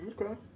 okay